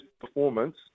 performance